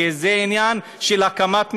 כי זה עניין של הקמת משפחה.